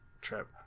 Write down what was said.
trip